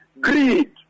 greed